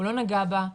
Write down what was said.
הוא לא נגע בה,